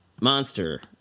monster